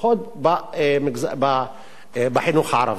לפחות בחינוך הערבי.